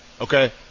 okay